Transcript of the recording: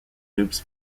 loops